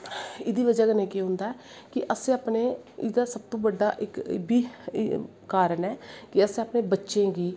एह्दी बज़ा कन्नै केह् होंदा ऐ कि अस सब तो बड्डा इक एह् बी कारन ऐ कि असैं अपनें बच्चें गी